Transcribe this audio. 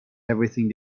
everything